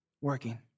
working